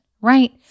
right